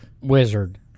wizard